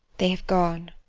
they have gone.